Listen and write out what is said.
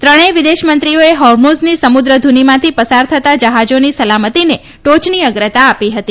ત્રણેય વિદેશ મંત્રીઓએ હોર્મુઝની સમુદ્ર ધુનીમાંથી પસાર થતા જહાજાની સલામતીને ટોયની અગ્રતા આપી હતી